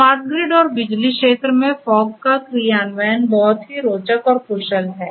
smart grid और बिजली क्षेत्र में फॉग का क्रियान्वयन बहुत ही रोचक और कुशल है